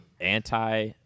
anti